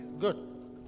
Good